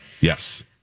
Yes